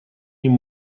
ним